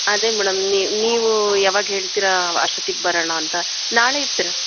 ಅದೇ ಮೇಡಮ್ ನೀವು ನೀವು ಯಾವಗ ಹೇಳ್ತಿರ ಅಷ್ಟೊತ್ತಿಗೆ ಬರೋಣ ಅಂತ ನಾಳೆ ಇರ್ತೀರ